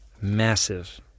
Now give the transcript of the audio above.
Massive